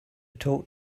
talk